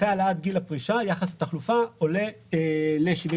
אחרי העלאת גיל הפרישה, יחס התחלופה עולה ל-78